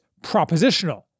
propositional